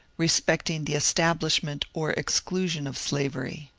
respecting the establishment or exclusion of slavery.